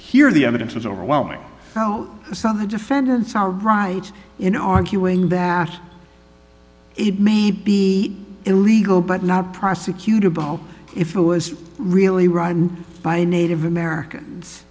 here the evidence was overwhelming so some of the defendants are right in arguing that it may be illegal but not prosecutable if it was really run by native americans